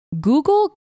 Google